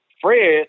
Fred